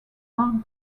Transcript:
mark